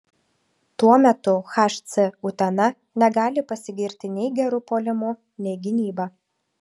tuo metu hc utena negali pasigirti nei geru puolimu nei gynyba